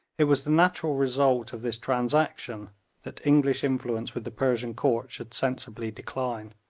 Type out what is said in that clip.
it was the natural result of this transaction that english influence with the persian court should sensibly decline,